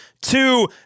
two